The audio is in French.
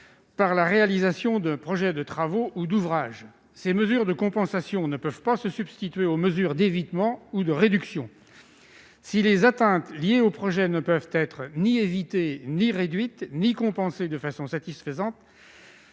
par la réalisation d'un projet de travaux ou d'ouvrage. Ces mesures de compensation ne peuvent pas se substituer aux mesures d'évitement ou de réduction. Si les atteintes liées au projet ne peuvent être ni évitées, ni réduites, ni compensées de façon satisfaisante,